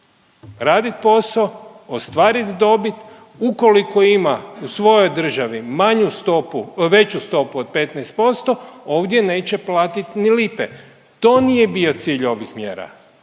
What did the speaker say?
raditi posao, ostvariti dobit, ukoliko ima u svojoj državi manju stopu, veću stopu od 15%, ovdje neće platit ni lipe. To nije bio cilj ovih mjera.